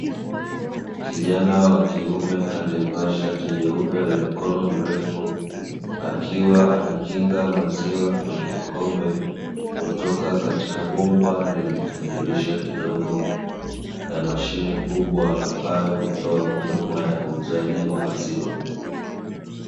Kijna wa kiume aliyevaa shati jeupe la mikono mirefu, akiwa anakinga maziwa kwenye kikombe, kutoka katika bomba lenye kidirisha kidogo la mashine kubwa ambayo hutoa huduma ya uuzaji wa maziwa.